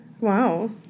Wow